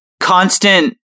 constant